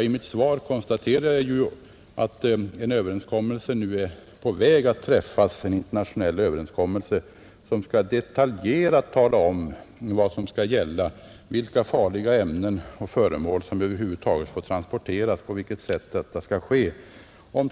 I mitt svar konstaterade jag att en internationell överenskommelse nu är på väg att träffas som skall detaljerat tala om vad som skall gälla: vilka farliga ämnen och föremål som över huvud taget får transporteras, på vilket sätt detta skall ske,